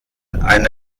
eine